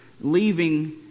leaving